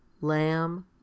LAMB